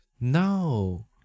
No